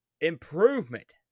improvement